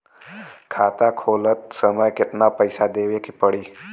खाता खोलत समय कितना पैसा देवे के पड़ी?